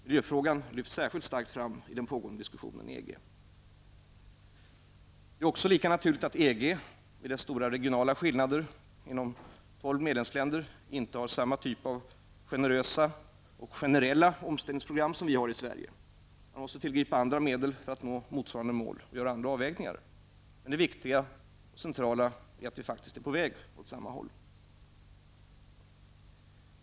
Miljön lyfts särskilt starkt fram i den pågående diskussionen inom EG. Det är lika naturligt att EG med dess stora regionala skillnader inom tolv medlemsländer inte har samma typ av generösa och generella omställningsprogram som vi har i Sverige. Man måste tillgripa andra medel och göra andra avvägningar för att nå motsvarande mål. Det viktiga och centrala är att vi faktiskt är på väg mot samma håll.